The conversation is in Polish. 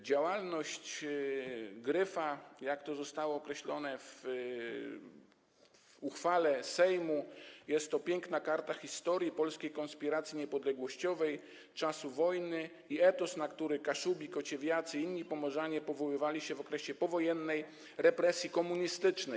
Działalność „Gryfa”, jak to zostało określone w uchwale Sejmu, to piękna karta historii polskiej konspiracji niepodległościowej czasu wojny i etos, na który Kaszubi, Kociewiacy i inni Pomorzanie powoływali się w okresie powojennych represji komunistycznych.